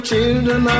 Children